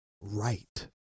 right